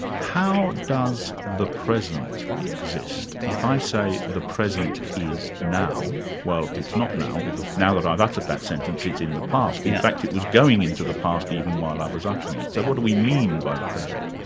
how does the present exist? if i say the present is now, well it's not now, because now that i've uttered that sentence, it's in the past, in fact it was going into the past even while i was uttering it. so what do we mean by the present?